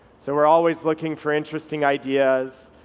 so we're always looking for interesting ideas.